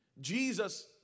Jesus